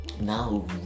now